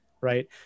right